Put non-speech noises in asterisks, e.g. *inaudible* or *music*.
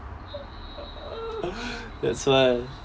that's why *laughs*